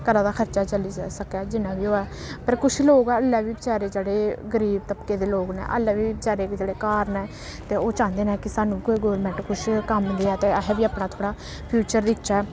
घरा दा खर्चा चली सकै जिन्ना बी होऐ पर कुछ लोक हल्लै बी बचैरे जेह्ड़े गरीब तबके दे लोक न हल्लै बी बचैरे जेह्ड़े घर न ते ओह् चांह्दे न कि सानूं बी कोई गौरमैंट कुछ कम्म देऐ ते अस बी अपना थोह्ड़ा फ्यूचर बिच्च